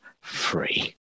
free